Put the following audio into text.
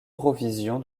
eurovision